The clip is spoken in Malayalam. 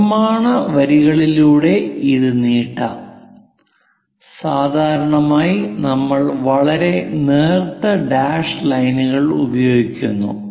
നിർമ്മാണ വരികളിലൂടെ ഇത് നീട്ടാം സാധാരണയായി നമ്മൾ വളരെ നേർത്ത ഡാഷ് ലൈനുകൾ ഉപയോഗിക്കുന്നു